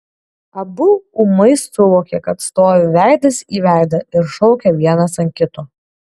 abu ūmai suvokė kad stovi veidas į veidą ir šaukia vienas ant kito